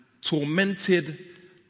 tormented